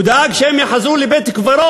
הוא דאג שהם יחזרו לבית-קברות,